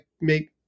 make